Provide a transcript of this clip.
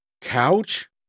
Couch